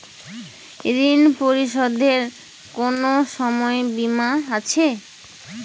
ঋণ পরিশোধের কোনো সময় সীমা আছে?